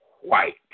white